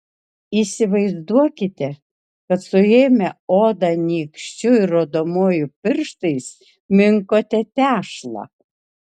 įsivaizduokite kad suėmę odą nykščiu ir rodomuoju pirštais minkote tešlą